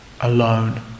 alone